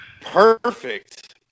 Perfect